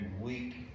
week